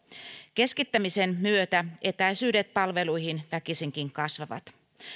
keskittämisen myötä etäisyydet palveluihin väkisinkin kasvavat